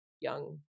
young